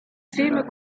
film